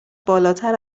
بالاتر